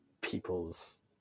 people's